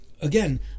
again